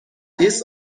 this